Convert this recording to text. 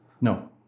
No